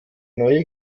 neue